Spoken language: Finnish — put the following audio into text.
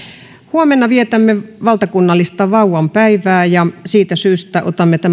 huomenna vietämme valtakunnallista vauvan päivää siitä syystä